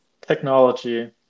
technology